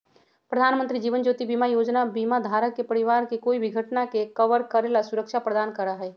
प्रधानमंत्री जीवन ज्योति बीमा योजना बीमा धारक के परिवार के कोई भी घटना के कवर करे ला सुरक्षा प्रदान करा हई